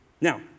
Now